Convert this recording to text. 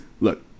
look